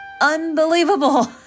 unbelievable